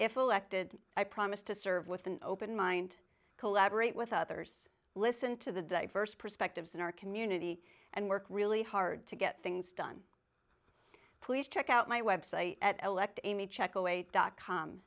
if elected i promise to serve with an open mind collaborate with others listen to the diverse perspectives in our community and work really hard to get things done police check out my website at elected amy check eight dot com